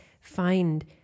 find